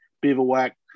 Bivouac